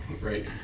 right